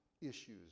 issues